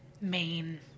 main